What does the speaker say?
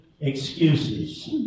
excuses